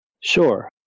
Sure